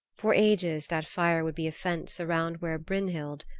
for ages that fire would be a fence around where brynhild,